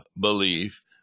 belief